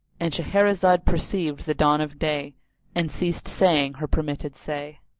and shahrazad perceived the dawn of day and ceased saying her permitted say.